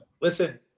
Listen